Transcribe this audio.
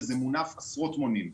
וזה מונף עשרות מונים.